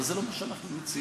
אבל זה לא מה שאנחנו מציעים.